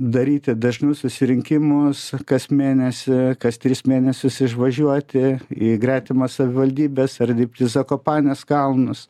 daryti dažnus susirinkimus kas mėnesį kas tris mėnesius išvažiuoti į gretimas savivaldybes ar lipti į zakopanės kalnus